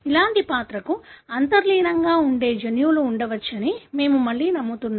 అలాంటి పాత్రకు అంతర్లీనంగా ఉండే జన్యువులు ఉండవచ్చని మనము మళ్లీ నమ్ముతున్నాము